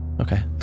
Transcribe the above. Okay